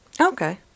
Okay